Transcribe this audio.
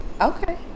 Okay